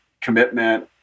commitment